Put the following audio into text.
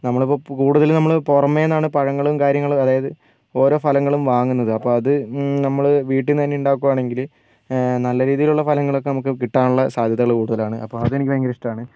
നമ്മളിപ്പോൾ കൂടുതൽ നമ്മൾ പുറമെന്നാണ് പഴങ്ങളും കാര്യങ്ങളും അതായത് ഓരോ ഫലങ്ങളും വാങ്ങുന്നത് അപ്പോൾ അത് നമ്മൾ വീട്ടീന്ന് തന്നെ ഉണ്ടാക്കുവാണെങ്കിൽ നല്ല രീതിയിലുള്ള ഫലങ്ങളക്കെ കിട്ടാനുള്ള സാധ്യതകൾ കൂടുതലാണ് അപ്പം അത് എനിക്ക് ഭയങ്കര ഇഷ്ട്ടമാണ്